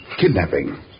Kidnapping